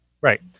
Right